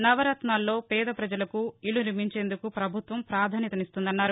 నవరత్నాల్లో పేద పజలకు ఇళ్లు నిర్మించేందుకు ప్రభుత్వం ప్రాధాన్యతనిస్తుందన్నారు